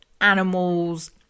animals